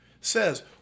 says